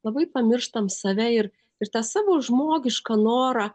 labai pamirštam save ir ir tą savo žmogišką norą